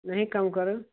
नहीं कम करो